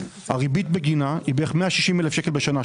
הריבית בגינה היא בערך 160,000 שקלים בשנה,